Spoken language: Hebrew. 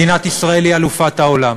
מדינת ישראל היא אלופת העולם,